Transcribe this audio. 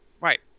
Right